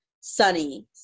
sunny